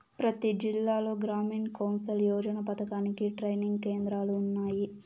ప్రతి జిల్లాలో గ్రామీణ్ కౌసల్ యోజన పథకానికి ట్రైనింగ్ కేంద్రాలు ఉన్నాయి